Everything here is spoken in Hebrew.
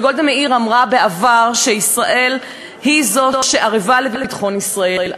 גולדה מאיר אמרה בעבר שישראל היא שערבה לביטחון ישראל.